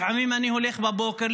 לפעמים אני הולך בבוקר,